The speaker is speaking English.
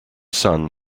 sun